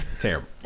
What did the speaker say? Terrible